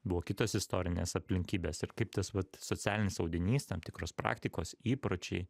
buvo kitos istorinės aplinkybės ir kaip tas vat socialinis audinys tam tikros praktikos įpročiai